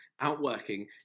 outworking